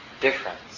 difference